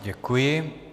Děkuji.